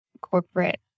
corporate